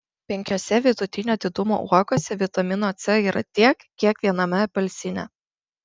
penkiose vidutinio didumo uogose vitamino c yra tiek kiek viename apelsine